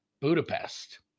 Budapest